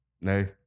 Nay